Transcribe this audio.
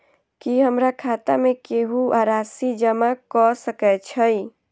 की हमरा खाता मे केहू आ राशि जमा कऽ सकय छई?